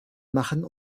machen